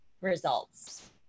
results